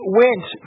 went